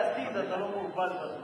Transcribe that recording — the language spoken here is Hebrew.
כשר לעתיד אתה לא מוגבל בזמן.